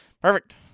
Perfect